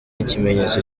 ikimenyetso